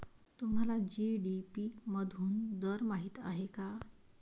तुम्हाला जी.डी.पी मधून दर माहित आहे का?